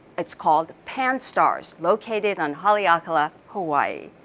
it's called pan-starrs, located on haleakala, hawaii.